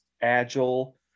agile